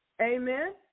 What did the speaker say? Amen